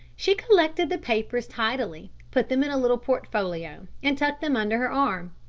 she collected the papers tidily, put them in a little portfolio and tucked them under her arm.